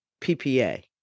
PPA